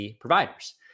providers